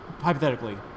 hypothetically